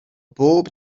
bob